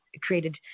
created